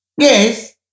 Yes